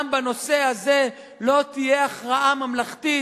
גם בנושא הזה לא תהיה הכרעה ממלכתית.